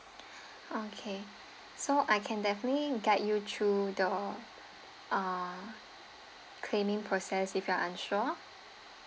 okay so I can definitely guide you through the uh claiming process if you are unsure